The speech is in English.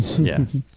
Yes